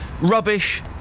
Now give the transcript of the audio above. rubbish